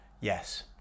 Yes